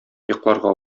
йокларга